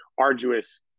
arduous